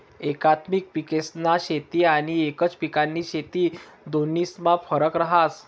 एकात्मिक पिकेस्नी शेती आनी एकच पिकनी शेती दोन्हीस्मा फरक रहास